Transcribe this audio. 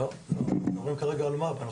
לא, אנחנו מדברים כרגע על אלמ"ב.